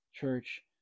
Church